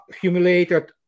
humiliated